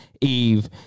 Eve